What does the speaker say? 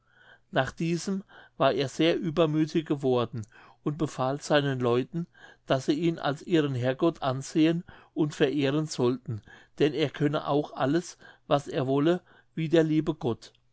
nach diesem war er sehr übermüthig geworden und befahl seinen leuten daß sie ihn als ihren herrgott ansehen und verehren sollten denn er könne auch alles was er wolle wie der liebe gott